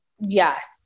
Yes